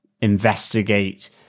investigate